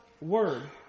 word